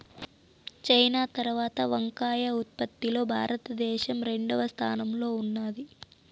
China తరవాత వంకాయ ఉత్పత్తి లో భారత దేశం రెండవ స్థానం లో ఉన్నాది